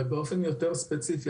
ובאופן יותר ספציפי,